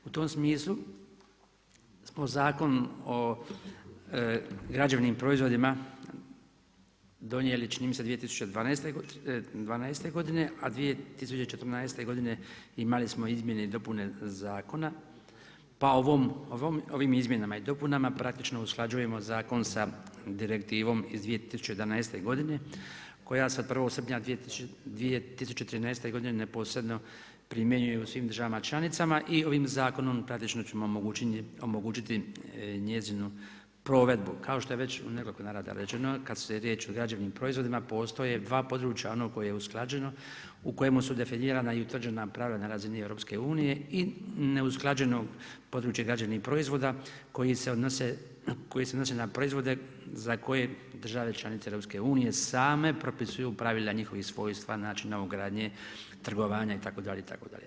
U tom smislu smo Zakon o građevnim proizvodima donijeli čini mi se 2012. godine, a 2014. godine imali smo izmjene i dopune Zakona, pa ovim izmjenama i dopunama praktično usklađujemo zakona sa direktivom iz 2011. godine koja se od 1. srpnja 2013. godine neposredno primjenjuje u svim državama članicama i ovim zakonom praktično ćemo omogućiti njezinu provedbu kao što je već u nekoliko navrata rečeno kad je riječ o građevnim proizvodima postoje dva područja ono koje je usklađeno u kojemu su definirana i utvrđena pravila na razini Europske unije i neusklađeno područje građevnih proizvoda koji se odnose na proizvode za koje države članice Europske unije same propisuju pravila njihova svojstva, način novogradnje, trgovanja itd. itd.